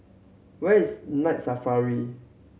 where is Night Safari